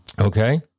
Okay